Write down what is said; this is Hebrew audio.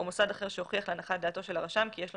או מוסד אחר שהוכיח להנחת דעתו של הרשם כי יש לו